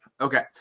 Okay